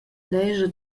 lescha